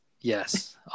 yes